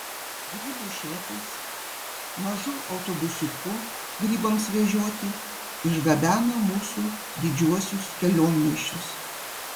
grybų šefas mažu autobusiuku grybams vežioti išgabena mūsų didžiuosius kelionmaišius